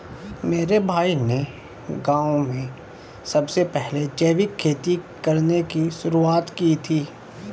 मेरे भाई ने गांव में सबसे पहले जैविक खेती करने की शुरुआत की थी